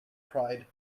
pride